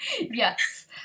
Yes